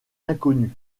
inconnus